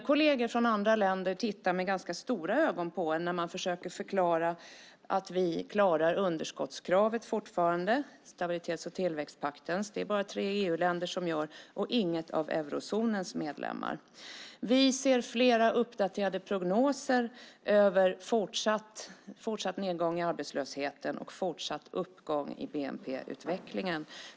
Kolleger i andra länder tittar med ganska stora ögon på en när man försöker förklara att vi fortfarande klarar stabilitets och tillväxtpaktens underskottskrav. Det är bara tre EU-länder som gör det - ingen av eurozonens medlemmar. Vi ser fler uppdaterade prognoser över fortsatt nedgång i arbetslösheten och fortsatt uppgång i bnp-utvecklingen.